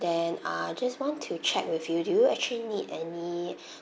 then uh just want to check with you do you actually need any